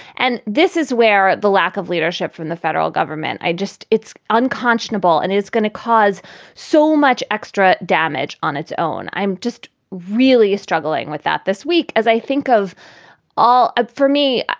and this is where the lack of leadership from the federal government. i just it's unconscionable and it's going to cause so much extra damage on its own. i'm just really struggling with that this week, as i think of all ah for me.